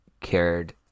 cared